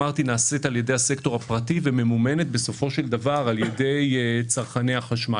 נעשית על ידי הסקטור הפרטי וממומנת בסופו של דבר על ידי צרכני החשמל.